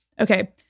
Okay